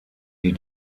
die